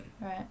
right